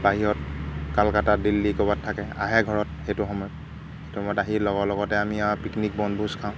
বাহিৰত কালকাতা দিল্লী ক'ৰবাত থাকে আহে ঘৰত সেইটো সময়ত সেইটো সময়ত আহি লগৰ লগতে আমি আৰু পিকনিক বনভোজ খাওঁ